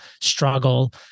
struggle